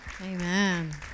Amen